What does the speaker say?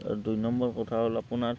দুই নম্বৰ কথা হ'ল আপোনাৰ